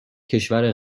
کشور